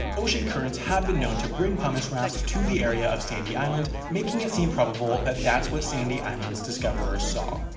ocean currents have been known to bring pumice rafts to the area of sandy island making it seem probable that that's what sandy island's discoverers saw.